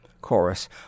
Chorus